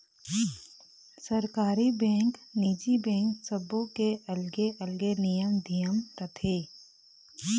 सरकारी बेंक, निजी बेंक सबो के अलगे अलगे नियम धियम रथे